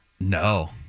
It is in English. No